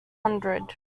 hundred